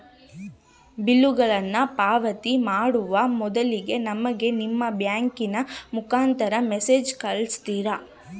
ಬಿಲ್ಲುಗಳನ್ನ ಪಾವತಿ ಮಾಡುವ ಮೊದಲಿಗೆ ನಮಗೆ ನಿಮ್ಮ ಬ್ಯಾಂಕಿನ ಮುಖಾಂತರ ಮೆಸೇಜ್ ಕಳಿಸ್ತಿರಾ?